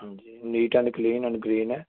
ਹਾਂਜੀ neat and clean and green ਹੈ